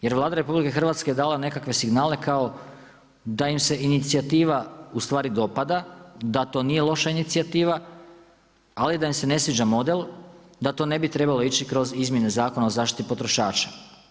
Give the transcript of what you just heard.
Jer Vlada RH je dala nekakve signale kao da im se inicijativa u stvari dopada, da to nije loša inicijativa, ali da im se ne sviđa model, da to ne bi trebalo ići kroz izmjene Zakona o zaštiti potrošača.